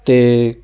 ਅਤੇ